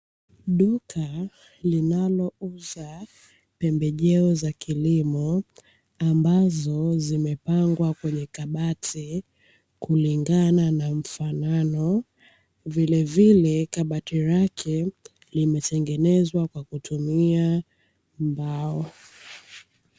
Duka linalouza pembejeo za kilimo ambazo zimepangwa kwenye kabati kulingana na mfanano, vilevile kabati lake limetengenezwa kwa kutumia mbao.